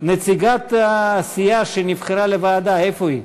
נציגת הסיעה שנבחרה לוועדה, איפה היא?